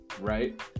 right